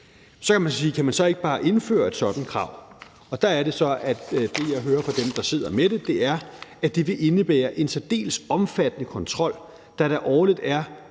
Kan man så ikke bare indføre et sådant krav? Der er det så, at det, jeg hører fra dem, der sidder med det, er, at det vil indebære en særdeles omfattende kontrol, da der årligt er